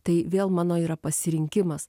tai vėl mano yra pasirinkimas